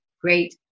great